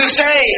say